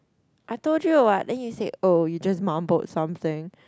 I told you what then you said oh you just mumbled something